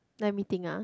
let me think ah